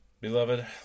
beloved